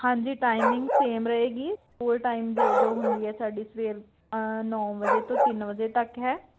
ਹਾਂਜੀ timing same ਰਹੇਗੀ ਹੋਰ ਟਾਈਮ ਜ ਜੋ ਹੁੰਦੀ ਹੈ ਸਾਡੀ ਸਵੇਰ ਨੌਂ ਵਜੇ ਤੋਂ ਤਿੰਨ ਵਜੇ ਤੱਕ ਹੈ